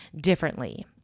differently